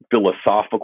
philosophical